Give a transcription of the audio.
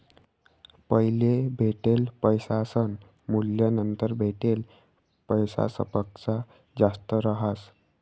पैले भेटेल पैसासनं मूल्य नंतर भेटेल पैसासपक्सा जास्त रहास